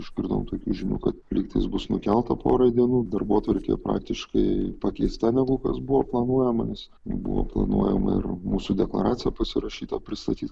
išgirdom tokių žinių kad lygtais bus nukelta porai dienų darbotvarkė praktiškai pakeista negu kas buvo planuojama nes buvo planuojama ir mūsų deklaraciją pasirašytą pristatyt